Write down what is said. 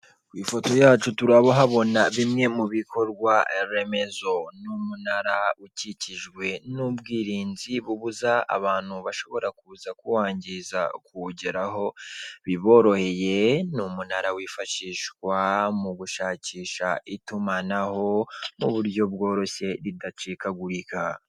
Ku ifoto yacu turabahabona bimwe mu bikorwa remezo, ni umunara ukikijwe n'ubwirinzi bubuza abantu bashobora kuza kuwangiza kuwugeraho biboroheye, ni umunara wifashishwa mu gushakisha itumanaho mu buryo bworoshye ridacikagurika.